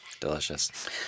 delicious